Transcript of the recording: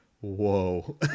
whoa